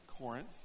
Corinth